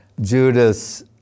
Judas